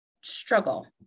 struggle